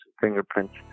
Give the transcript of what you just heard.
fingerprints